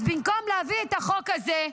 אז במקום להביא את החוק הזה,